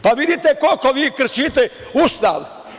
Pa vidite koliko vi kršite Ustav?